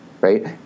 right